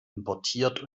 importiert